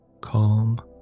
Calm